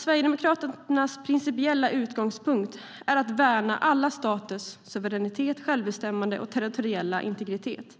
Sverigedemokraternas principiella utgångspunkt är att värna alla staters suveränitet, självbestämmande och territoriella integritet.